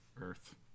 earth